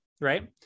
right